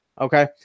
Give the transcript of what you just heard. okay